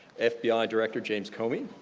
ah fbi director james comey.